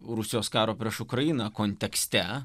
rusijos karą prieš ukrainą kontekste